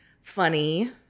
Funny